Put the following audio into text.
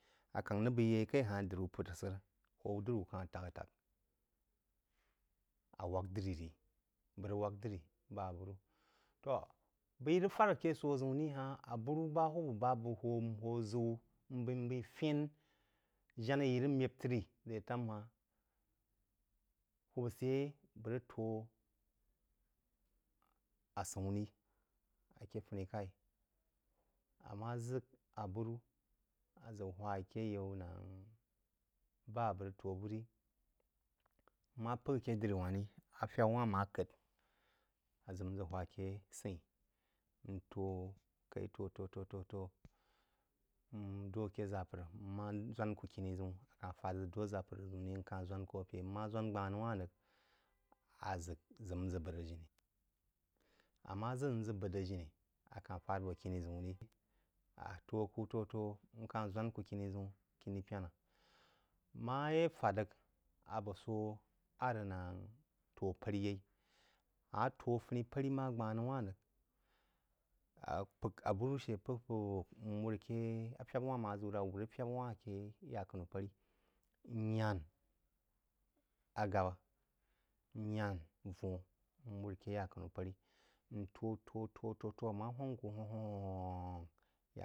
Akang rəg b’eí yeí kaí há-hn diri wu pər-sir. Hwú diri wú kahn taktak. Awāk diri rí. Bəg rəg wǎk diri bá aburú. Tō b’eí rəg fād aké sō-ʒəun rí há-hn abúrú ba hwūb bá bəg hō ʒəu m b’eí m b’a’í fən, janá yī rəg mə-b trí rétám há-hm hwub sə yeí bəg rəg tō húwūb səyei bəg rəg tō asəun rí aké funi k’aí. Ammá ʒək aburú aʒək hwá aké yaú nángh bá á bəg rəg tó bú rǐ. Mma p’gha ake diri wáhn rí, af’əgha-wahn má k’əgk, aʒək nʒək hwá aké səia tó k’aí tō to to̍ to n dō aké ʒāpər, nʒwān kú kini ʒəún, akan-h fādʒək dō ake ʒə́pər ʒəun rí nka-h ʒəun ko apé, nmá ʒəun gba-n nou’wan rəg, aʒək, nʒək bāpr-jini. Am̄ma ʒəd nʒəd bādrəg jini akahn fád bō kini ʒəun rí, a tō kú tō tó nkah zwān kū kini ʒəun, kini pena mayé fu drəg a bō sō á rəg nangh to párí yéí, ammá to funī párī má gban nou wān rəg, a p’gh aburú shə p’gh p’gh n wər kə, afebə’wa má ʒəu rəg, a wūr afebəwa aké ya’k’ənəgh parī, n yān ágabə, n yǎn vūn n wur aké yak’ənən parí n tó tó tó, ammá hwūn kú hwún hwún.